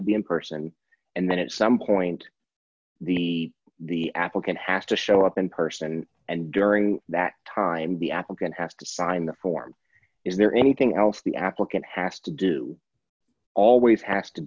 to be in person and then at some point the the applicant has to show up in person and during that time the applicant have to sign the form is there anything else the applicant has to do always have to